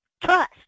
Trust